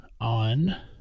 on